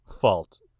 fault